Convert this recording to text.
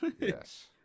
Yes